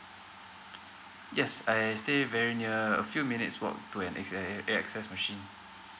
yes I stay very near a few minutes walk to an AXS machine